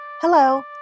Hello